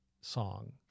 song